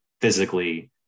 physically